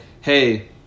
hey